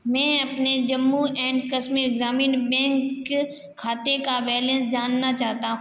मैं अपने जम्मू एंड कश्मीर ग्रामीण बैंक खाते का बैलेंस जानना चाहता